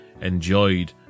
enjoyed